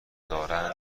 دارند